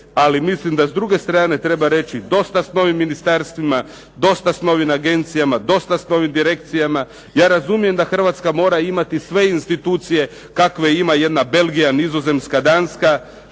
Ali mislim da s druge strane treba reći dosta s novim ministarstvima, dosta s novim agencijama, dosta s novim direkcijama. Ja razumijem da Hrvatska mora imati sve institucije kakve ima jedna Belgija, Nizozemska, Danska.